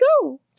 go